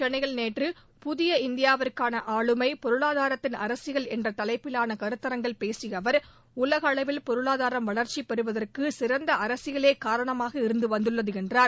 சென்னையில் நேற்று புதிய இந்தியாவிற்கான ஆளுமை பொருளாதாரத்தின் அரசியல் என்ற தலைப்பிலான கருத்தரங்கில் பேசிய அவர் உலக அளவில் பொருளாதாரம் வளர்ச்சிப் பெறுவதற்கு சிறந்த அரசியலே காரணமாக இருந்து வந்துள்ளது என்றார்